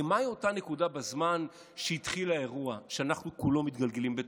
הרי מהי אותה נקודה בזמן שהתחיל האירוע שאנחנו כולנו מתגלגלים בתוכו?